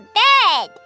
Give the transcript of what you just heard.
bed